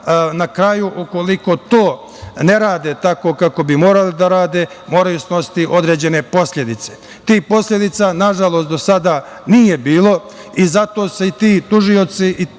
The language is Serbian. na kraju, ukoliko to ne rade tako kako bi morali da rade, moraju snositi određene posledice. Tih posledica, nažalost, do sada nije bilo i zato se i ti tužioci